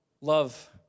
love